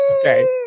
Okay